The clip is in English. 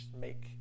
make